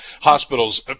hospitals